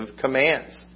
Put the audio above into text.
commands